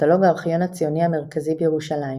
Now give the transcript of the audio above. בקטלוג הארכיון הציוני המרכזי בירושלים